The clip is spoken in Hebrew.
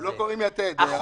לא קוראים "יתד", הרב גפני.